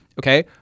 okay